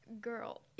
Girl